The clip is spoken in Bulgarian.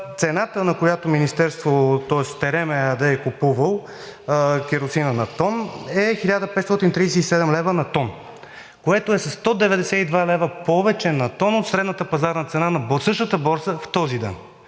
цената, на която „Терем“ ЕАД е купувал керосина на тон, е 1537 лв. на тон, което е със 192 лв. повече на тон от средната пазарна цена на същата борса в този ден.